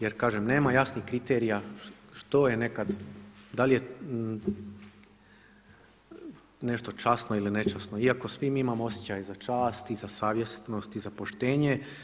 Jer kažem nema jasnih kriterija što je nekad, da li je nešto časno ili nečasno, iako svi mi imamo osjećaj za čast i za savjesnost i za poštenje.